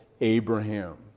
Abraham